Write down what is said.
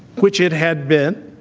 which it had been,